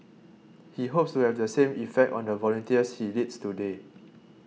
he hopes to have the same effect on the volunteers he leads today